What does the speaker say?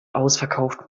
ausverkauft